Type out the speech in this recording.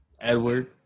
Edward